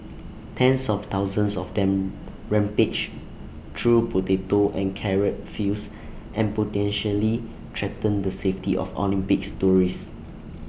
tens of thousands of them rampage through potato and carrot fields and potentially threaten the safety of Olympics tourists